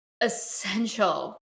essential